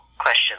question